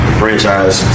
franchise